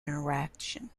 interaction